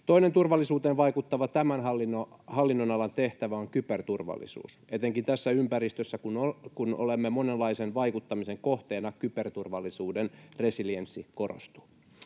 Toinen turvallisuuteen vaikuttava tämän hallinnonalan tehtävä on kyberturvallisuus. Etenkin tässä ympäristössä, kun olemme monenlaisen vaikuttamisen kohteena, kyberturvallisuuden resilienssi korostuu.